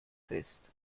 fest